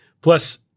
plus